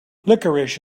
licorice